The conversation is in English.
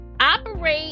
operate